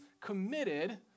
committed